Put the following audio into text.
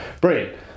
Brilliant